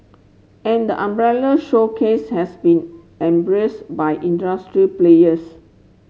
and the umbrella showcase has been embraced by industry players